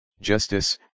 justice